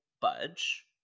budge